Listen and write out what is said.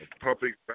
public